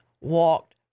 walked